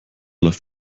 läuft